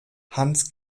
hans